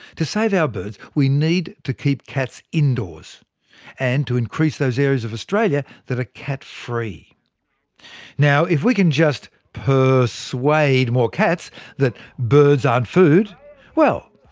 to save our birds, we need to keep cats indoors and to increase those areas of australia that are cat-free. now, if we can just purr-suade more cats that birds aren't food well,